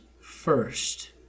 first